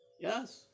Yes